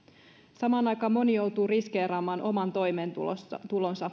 samaan aikaan moni joutuu riskeeraamaan oman toimeentulonsa